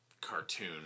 cartoon